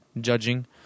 judging